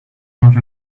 not